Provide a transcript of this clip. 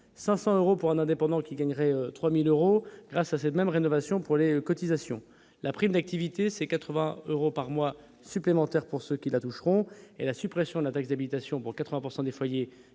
500 euros pour un indépendant qui gagnerait 3000 euros grâce à cette même rénovation pour les cotisations, la prime d'activité, c'est 80 euros par mois supplémentaires pour ce qui la toucheront et la suppression de la taxe d'habitation pour 80 pourcent